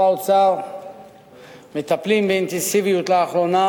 האוצר מטפלים בו באינטנסיביות לאחרונה,